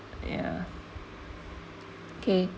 yeah K